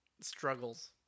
struggles